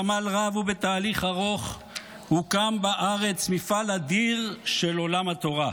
בעמל רב ובתהליך ארוך הוקם בארץ מפעל אדיר של עולם התורה.